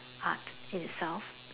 art itself